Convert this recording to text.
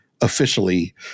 officially